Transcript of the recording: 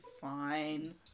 fine